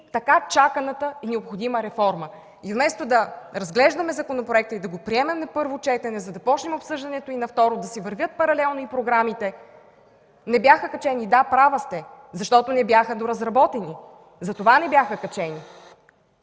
така чаканата необходима реформа. Вместо да разглеждаме законопроекта и да го приемем на първо четене, да започнем обсъждането и на второ четене, да си вървят паралелно и програмите – те не бяха качени, да, права сте, защото не бяха доразработени, затова не бяха качени.